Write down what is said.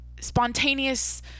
spontaneous